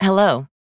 Hello